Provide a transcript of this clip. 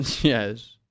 Yes